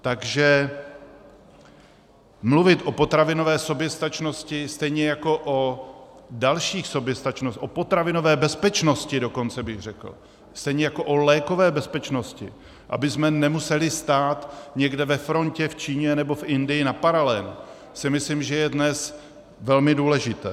Takže mluvit o potravinové soběstačnosti stejně jako o dalších soběstačnostech, o potravinové bezpečnosti dokonce bych řekl, stejně jako o lékové bezpečnosti, abychom nemuseli stát někde ve frontě v Číně nebo v Indii na paralen, si myslím, že je dnes velmi důležité.